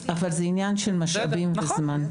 אבל זה עניין של משאבים וזמן.